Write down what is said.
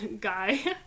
guy